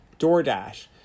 DoorDash